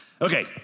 Okay